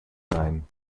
sein